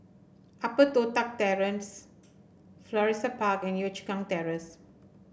Upper Toh Tuck Terrace Florissa Park and Yio Chu Kang Terrace